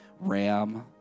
ram